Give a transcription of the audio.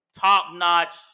top-notch